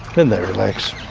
then they relax,